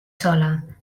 sola